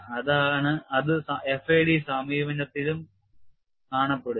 അത് FAD സമീപനത്തിലും കാണപ്പെടുന്നു